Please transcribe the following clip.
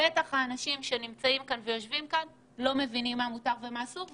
בטח האנשים שיושבים כאן לא מבינים מה מותר ומה אסור.